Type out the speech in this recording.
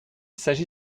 s’agit